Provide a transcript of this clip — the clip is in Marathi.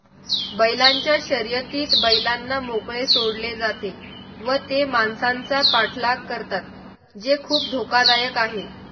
बैलांच्या शर्यतीत बैलांना मोकळे सोडले जाते व ते माणसांचा पाठलाग करतात जे खूप धोकादायक आहे